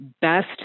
best